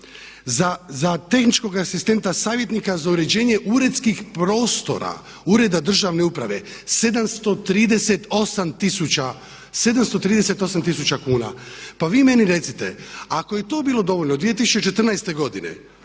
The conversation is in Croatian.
Za tehničkog asistenta savjetnika za uređenje uredskih prostora Ureda državne uprave 738000 kuna. Pa vi meni recite, ako je to bilo dovoljno0 2014. godine